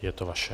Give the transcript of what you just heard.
Je to vaše.